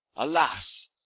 alas,